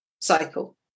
cycle